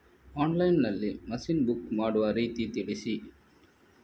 Online ನಲ್ಲಿ machine book ಮಾಡುವ ರೀತಿ ತಿಳಿಸಿ?